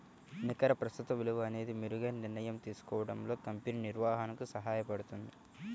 నికర ప్రస్తుత విలువ అనేది మెరుగైన నిర్ణయం తీసుకోవడంలో కంపెనీ నిర్వహణకు సహాయపడుతుంది